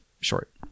Short